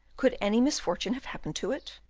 could any misfortune have happened to it?